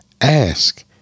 Ask